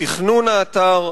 בתכנון האתר?